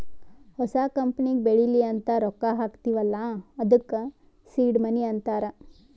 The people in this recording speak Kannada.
ಹೊಸ ಕಂಪನಿಗ ಬೆಳಿಲಿ ಅಂತ್ ರೊಕ್ಕಾ ಹಾಕ್ತೀವ್ ಅಲ್ಲಾ ಅದ್ದುಕ ಸೀಡ್ ಮನಿ ಅಂತಾರ